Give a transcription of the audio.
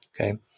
Okay